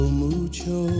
mucho